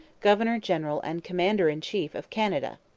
governor-general and commander-in-chief of canada.